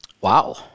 Wow